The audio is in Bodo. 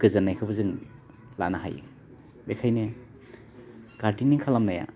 गोजोन्नायखौबो जों लानो हायो बेखायनो गारदेनिं खालामनाया